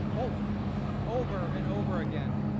but over and over again,